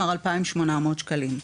אמר 2,800 שקלים.